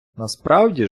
насправді